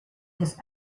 his